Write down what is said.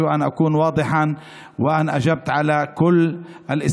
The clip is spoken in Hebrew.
אני מקווה שהייתי ברור ושעניתי על כל הבירורים.